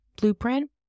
blueprint